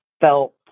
felt